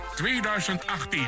2018